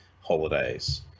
holidays